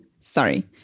Sorry